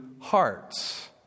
hearts